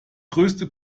größte